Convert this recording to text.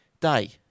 day